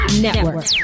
Network